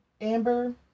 Amber